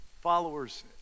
followers